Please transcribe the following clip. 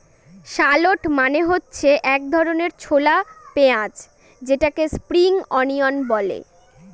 shallot মানে হচ্ছে এক ধরনের ছোলা পেঁয়াজ যেটাকে স্প্রিং অনিয়ন বলে